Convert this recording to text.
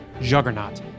juggernaut